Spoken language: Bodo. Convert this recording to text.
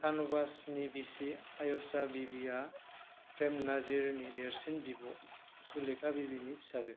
शानवासनि बिसि आयशा बीवीआ प्रेम नजीरनि देरसिन बिब' सुलेखा बीवीनि फिसाजो